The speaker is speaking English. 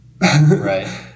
right